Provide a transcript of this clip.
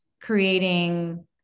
creating